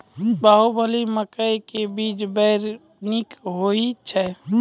बाहुबली मकई के बीज बैर निक होई छै